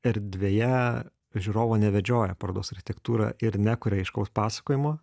erdvėje žiūrovo nevedžioja parodos architektūra ir nekuria aiškaus pasakojimo